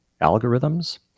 algorithms